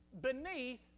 Beneath